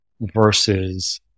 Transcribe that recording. versus